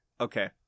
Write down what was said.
Okay